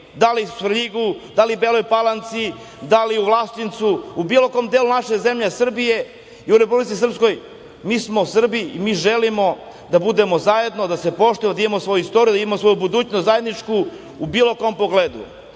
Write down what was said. da li u Svrljigu, da li Beloj Palanci, da li u Vlasotincu, u bilo kom delu naše zemlje Srbije i u Republici Srpskoj, mi smo Srbi i mi želimo da budemo zajedno, da se poštujemo, da imamo svoju istoriju, da imamo svoju budućnost zajedničku u bilo kom pogledu.